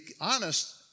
honest